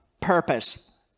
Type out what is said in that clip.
purpose